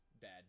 bad